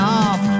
off